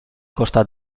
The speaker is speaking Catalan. costat